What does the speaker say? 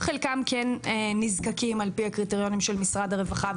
חלקם כן נזקקים על פי הקריטריונים של משרד הרווחה,